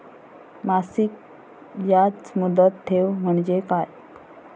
मासिक याज मुदत ठेव म्हणजे काय?